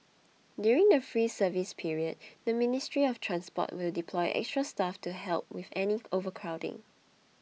during the free service period the Ministry of Transport will deploy extra staff to help with any overcrowding